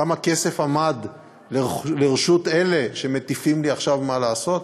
כמה כסף עמד לרשות אלה שמטיפים לי עכשיו מה לעשות?